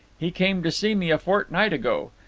he came to see me a fortnight ago.